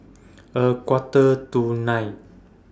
A Quarter to nine